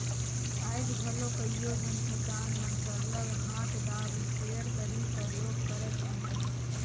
आएज घलो कइयो झन किसान मन सरलग हांथदार इस्पेयर कर ही परयोग करत अहें